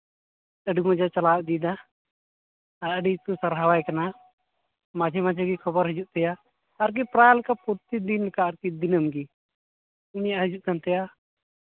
ᱟᱹᱰᱤ ᱢᱚᱡᱮ ᱪᱟᱞᱟᱣ ᱤᱫᱤᱭᱮᱫᱟ ᱟᱨ ᱟᱹᱰᱤ ᱠᱚ ᱥᱟᱨᱦᱟᱣ ᱮ ᱠᱟᱱᱟ ᱢᱟᱡᱷᱮ ᱢᱟᱡᱷᱮ ᱜᱮ ᱠᱷᱚᱵᱚᱨ ᱦᱤᱡᱩᱜ ᱛᱟᱭᱟ ᱟᱨᱠᱤ ᱯᱨᱟᱭ ᱞᱮᱠᱟ ᱯᱨᱚᱛᱤ ᱫᱤᱱ ᱞᱮᱠᱟ ᱫᱤᱱᱟᱹᱢ ᱜᱮ ᱩᱱᱤᱭᱟᱜ ᱦᱤᱡᱩᱜ ᱠᱟᱱ ᱛᱟᱭᱟ